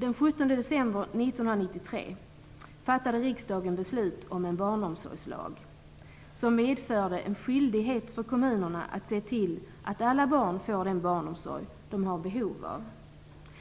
Den 17 december 1993 fattade riksdagen beslut om en barnomsorgslag som medförde en skyldighet för kommunerna att se till att alla barn får den barnomsorg som de har behov av.